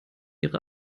ihre